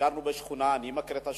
ביקרנו בשכונה, ואני מכיר את השכונה.